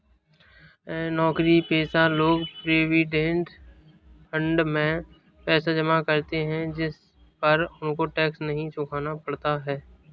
नौकरीपेशा लोग provident fund में पैसा जमा करते है जिस पर उनको टैक्स नहीं चुकाना पड़ता